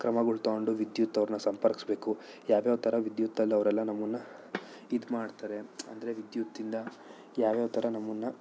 ಕ್ರಮಗಳು ತೊಗೊಂಡು ವಿದ್ಯುತ್ ಅವ್ರನ್ನ ಸಂಪರ್ಕಿಸಬೇಕು ಯಾವ್ಯಾವ ಥರ ವಿದ್ಯುತ್ತಲ್ಲಿ ಅವರೆಲ್ಲ ನಮ್ಮನ್ನು ಇದು ಮಾಡ್ತಾರೆ ಅಂದರೆ ವಿದ್ಯುತ್ತಿಂದ ಯಾವ್ಯಾವ ಥರ ನಮ್ಮನ್ನು